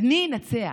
אני אנצח,